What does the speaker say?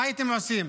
מה הייתם עושים?